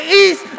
east